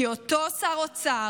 כי אותו שר אוצר,